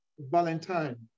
Valentine